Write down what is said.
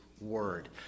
word